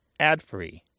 adfree